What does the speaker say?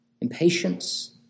impatience